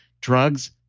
Drugs